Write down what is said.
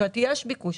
זאת אומרת, יש ביקוש.